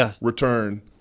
return